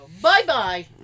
bye-bye